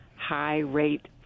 high-rate